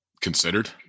Considered